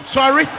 Sorry